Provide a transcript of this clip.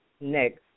next